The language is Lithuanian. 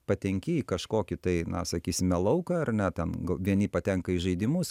patenki į kažkokį tai na sakysime lauką ar ne ten gal vieni patenka į žaidimus